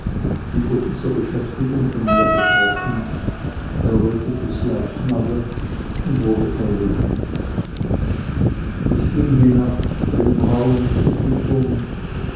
über dieser beschäftigung von mir betroffen errötete sie aufs neue und wurde verlegen ich ging hinab den braunen zu füttern